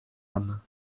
âmes